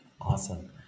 awesome